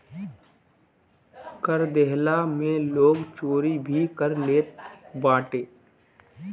कर देहला में लोग चोरी भी कर लेत बाटे